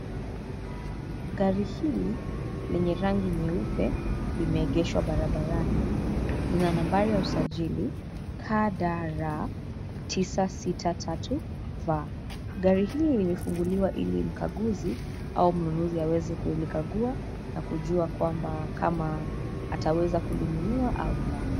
Gari hili lenye rangi nyeupe, limeegeshwa barabarani. Lina nambari ya usajili KDR tisa sita tatu V. Gari hili limefunguliwa ili mkaguzi au mnunuzi aweze kukagua na kujua kwamba kama ataweza kulinunua au la.